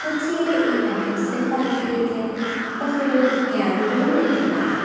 കൊച്ചിയിലെ ഈ അമ്യൂസ്മെന്റ് പാര്ക്കിലേക്കു ബസ്സുകളും ക്യാബുകളും ലഭ്യമാണ്